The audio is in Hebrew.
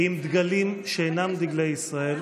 עם דגלים שאינם דגלי ישראל,